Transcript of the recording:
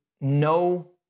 no